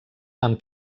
amb